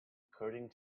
according